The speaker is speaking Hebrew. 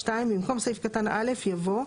במקום סעיף קטן (א) יבוא: